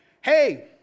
Hey